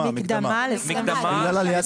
מקדמה ל-2023.